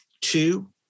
two